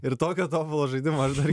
ir tokio tobulo žaidimo aš dar